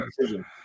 decision